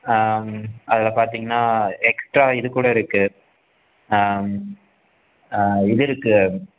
அதில் பார்த்திங்கன்னா எக்ஸ்ட்ரா இது கூட இருக்குது இது இருக்குது